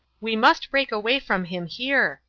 we must break away from him here,